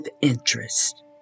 interest